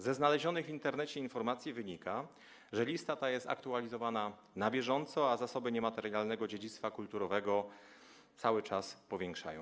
Ze znalezionych w Internecie informacji wynika, że lista ta jest aktualizowana na bieżąco, a zasoby niematerialnego dziedzictwa kulturowego cały czas się powiększają.